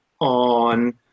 on